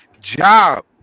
job